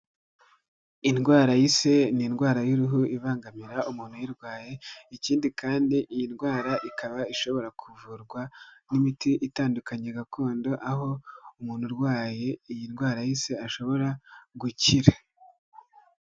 Indwara y'ise ni indwara y'uruhu ibangamira umuntu uyirwaye, ikindi kandi iyi ndwara ikaba ishobora kuvurwa n'imiti itandukanye gakondo, aho umuntu urwaye iyi ndwara y'ise ashobora gukira.